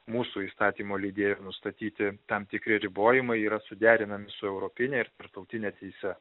mūsų įstatymo leidėjo nustatyti tam tikri ribojimai yra suderinami su europine ir tarptautine teise